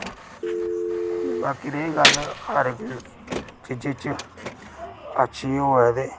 बाकी रेही गल्ल हर इक्क अच्छी होऐ ते